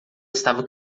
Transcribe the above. estava